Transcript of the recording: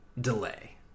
delay